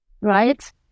right